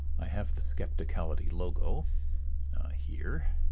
i have the skepticality logo here.